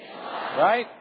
right